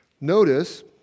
Notice